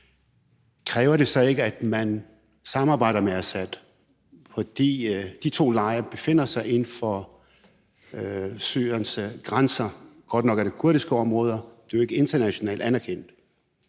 kræver det så ikke, at man samarbejder med Assad? For de to lejre befinder sig inden for Syriens grænser. Godt nok er der tale om kurdiske områder, men det er jo ikke internationalt anerkendt.